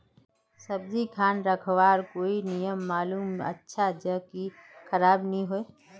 सब्जी खान रखवार कोई नियम मालूम अच्छा ज की खराब नि होय?